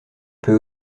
peut